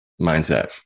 mindset